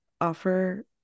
offer